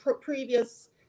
previous